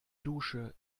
dusche